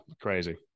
crazy